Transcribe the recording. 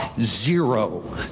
zero